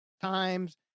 times